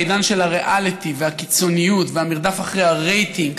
בעידן של הריאליטי והקיצוניות והמרדף אחרי הרייטינג